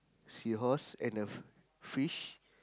seahorse and a f~ fish